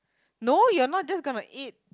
no you're not just gonna eat